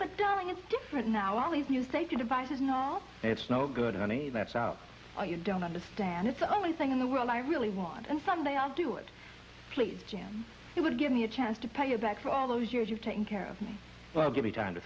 darling it's different now all these new safety devices know it's no good money that's out or you don't understand it's the only thing in the world i really want and someday i'll do it please jim it would give me a chance to pay you back for all those years you've taken care of me well give me time to